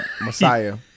Messiah